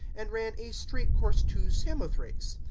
and ran a straight course to samothrace.